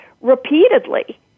repeatedly